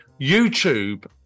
YouTube